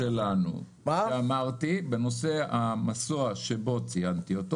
אמרתי, זה המסוע שלנו.